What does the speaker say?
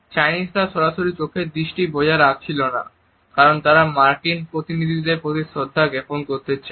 চাইনিজরা সরাসরি চোখের দৃষ্টি বজায় রাখছিলেন না কারণ তারা মার্কিন প্রতিনিধিদের প্রতি শ্রদ্ধা জ্ঞাপন করতে চান